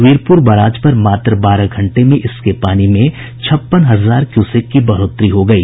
Virpur barrage पर मात्र बारह घंटे में इसके पानी में छप्पन हजार क्यूसेक की बढ़ोत्तरी हो गयी